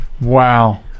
Wow